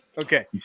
Okay